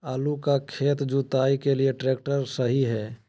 आलू का खेत जुताई के लिए ट्रैक्टर सही है?